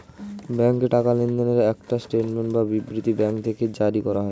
ব্যাংকে টাকা লেনদেনের একটা স্টেটমেন্ট বা বিবৃতি ব্যাঙ্ক থেকে জারি করা হয়